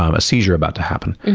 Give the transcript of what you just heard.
um a seizure about to happen.